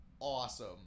Awesome